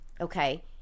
okay